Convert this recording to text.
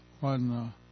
one